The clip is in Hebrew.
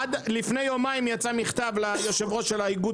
לפני יומיים יצא מכתב ליושב-ראש של האיגוד